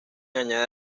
añade